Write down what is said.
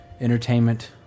entertainment